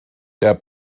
der